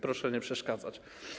Proszę nie przeszkadzać.